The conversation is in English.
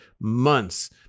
months